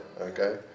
okay